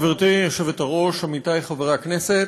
גברתי היושבת-ראש, עמיתי חברי הכנסת,